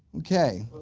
okay